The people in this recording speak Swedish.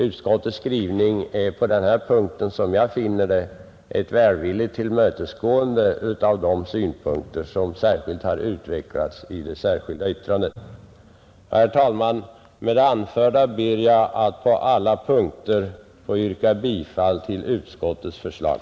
Utskottets skrivning är på den här punkten, som jag ser det, ett välvilligt tillmötesgående av de synpunkter som har utvecklats i det särskilda yttrandet. Herr talman! Med det anförda ber jag att på alla punkter få yrka bifall till utskottets förslag.